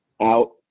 out